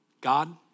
God